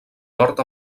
nord